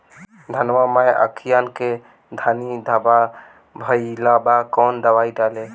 धनवा मै अखियन के खानि धबा भयीलबा कौन दवाई डाले?